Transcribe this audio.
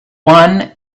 one